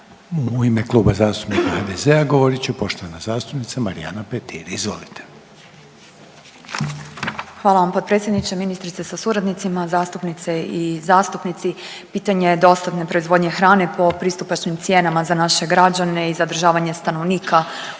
U ime Kluba zastupnika HDZ-a govorit će poštovana zastupnica Marijana Petir. Izvolite. **Petir, Marijana (Nezavisni)** Hvala vam potpredsjedniče. Ministrice sa suradnicima, zastupnice i zastupnici pitanje je dostatne proizvodnje hrane po pristupačnim cijenama za naše građane i zadržavanje stanovnika u